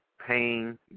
pain